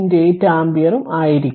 8 ആമ്പിയറിന് ആയിരിക്കും